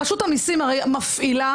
הרי רשות המסים מפעילה.